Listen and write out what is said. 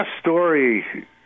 story